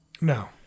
No